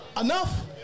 enough